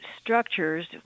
structures